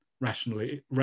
rationally